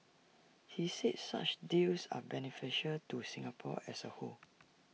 he said such deals are beneficial to Singapore as A whole